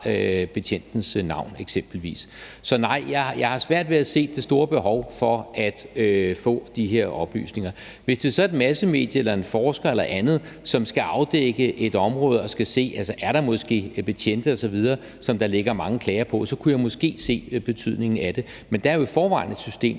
betjentens navn. Så nej, jeg har svært ved at se, at der er det store behov for at få de her oplysninger. Hvis der så er et massemedie, en forsker eller andet, som skal afdække et område, og som skal se på, om der måske er betjente osv., som der ligger mange klager på, så kunne jeg måske se, at det havde en betydning. Men der er jo i forvejen et system,